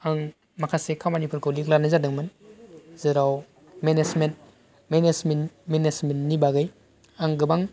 आं माखासे खामानिफोरखौ लिद लानाय जादोंमोन जेराव मेनेजमेन्ट मेनेसमेन्टनि बागै आं गोबां